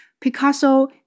Picasso